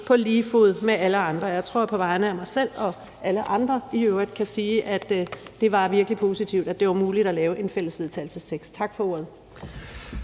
vedtagelse nr. V 67). Jeg tror, at jeg på egne og alle andres vegne kan sige, at det virkelig var positivt, at det var muligt at lave en fælles vedtagelsestekst. Tak for ordet.